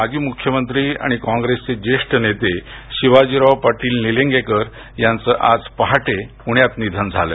माजी मुख्यमंत्री काँग्रेसचे ज्येष्ठ नेते शिवाजीराव पाटील निलंगेकर यांचं आज पहाटे पुण्यात निधन झालं